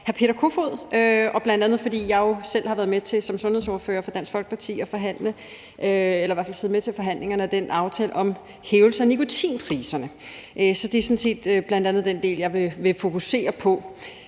hr. Peter Kofod, bl.a. fordi jeg jo selv som sundhedsordfører for Dansk Folkeparti har siddet med til forhandlingerne om den aftale om en hævelse af nikotinafgifterne. Så det er bl.a. den del, jeg vil fokusere på.